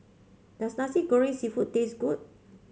does Nasi Goreng seafood taste good